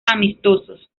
amistosos